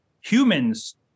humans